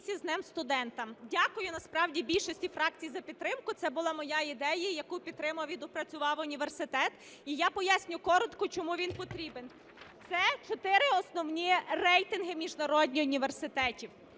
Дякую насправді більшості фракцій за підтримку, це була моя ідея, яку підтримав і доопрацював університет. І я поясню коротко, чому він потрібен. Це чотири основні рейтинги міжнародні університетів.